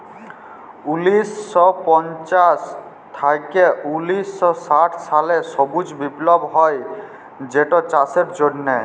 উনিশ শ পঞ্চাশ থ্যাইকে উনিশ শ ষাট সালে সবুজ বিপ্লব হ্যয় যেটচাষের জ্যনহে